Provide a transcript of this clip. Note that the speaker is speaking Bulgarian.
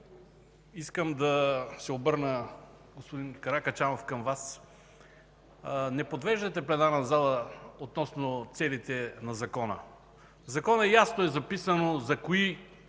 Искам да се обърна, господин Каракачанов, към Вас: не подвеждайте пленарната зала относно целите на Закона. В Закона ясно е казано за кои